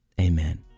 amen